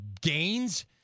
gains